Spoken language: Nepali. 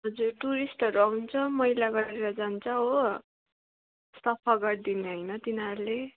हजुर टुरिस्टहरू आउँछ मैला गरेर जान्छ हो सफा गरिदिने होइन तिनीहरूले